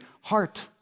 heart